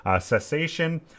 cessation